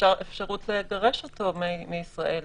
אפשרות לגרש אותו מישראל.